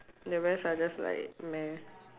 the rest are just like meh